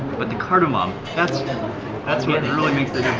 but the cardamom, that's that's what really makes this